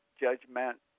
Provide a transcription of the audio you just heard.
judgment